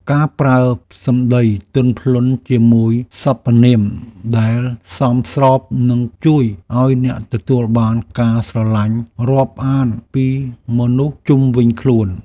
ការប្រើសម្តីទន់ភ្លន់ជាមួយសព្វនាមដែលសមស្របនឹងជួយឱ្យអ្នកទទួលបានការស្រឡាញ់រាប់អានពីមនុស្សជុំវិញខ្លួន។